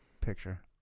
picture